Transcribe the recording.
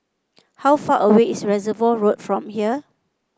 how far away is Reservoir Road from here